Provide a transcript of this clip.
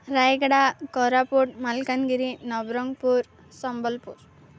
Rayagada Koraput Malkangiri Nabarangpur Sambalpur